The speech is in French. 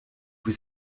vous